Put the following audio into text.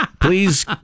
Please